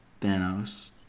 Thanos